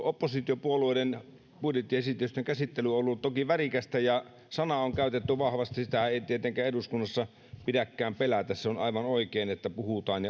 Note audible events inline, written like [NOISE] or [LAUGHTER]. [UNINTELLIGIBLE] oppositiopuolueiden budjettiesitysten käsittely on ollut toki värikästä ja sanaa on käytetty vahvasti sitä ei tietenkään eduskunnassa pidäkään pelätä se on aivan oikein että puhutaan [UNINTELLIGIBLE]